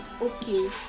okay